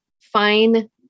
fine